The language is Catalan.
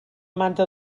manta